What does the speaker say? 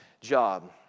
job